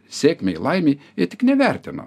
sėkmei laimei jie tik nevertina